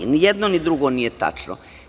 Ni jedno, ni drugo nije tačno.